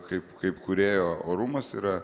kaip kaip kūrėjo orumas yra